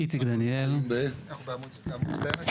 עמוד 12